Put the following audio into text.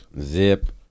Zip